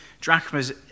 drachmas